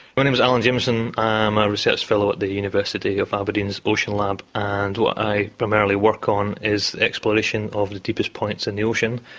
my name is alan jamieson. i'm a research fellow at the university of aberdeen's ocean lab, and what i primarily work on is exploration of the deepest points in the ocean.